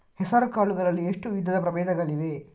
ಹೆಸರುಕಾಳು ಗಳಲ್ಲಿ ಎಷ್ಟು ವಿಧದ ಪ್ರಬೇಧಗಳಿವೆ?